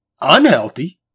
unhealthy